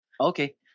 Okay